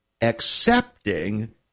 accepting